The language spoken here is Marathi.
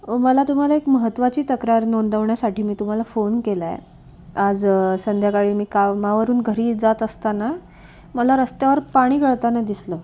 मला तुम्हाला एक महत्त्वाची तक्रार नोंदवण्यासाठी मी तुम्हाला फोन केलाय आज संध्याकाळी मी कामावरून घरी जात असताना मला रस्त्यावर पाणी गळताना दिसलं